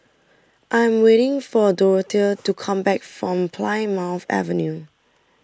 I am waiting for Dorothea to come back from Plymouth Avenue